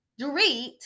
Dorit